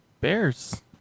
bears